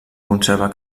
conserva